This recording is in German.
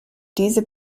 diese